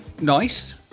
Nice